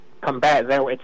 combat